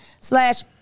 slash